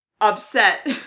upset